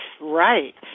Right